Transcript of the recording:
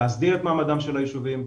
להסדיר את מעמדם של הישובים,